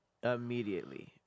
Immediately